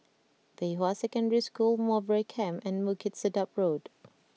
Pei Hwa Secondary School Mowbray Camp and Bukit Sedap Road